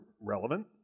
relevant